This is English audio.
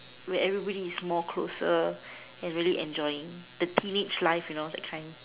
where everybody is more closer and really enjoying the teenage like you know that kind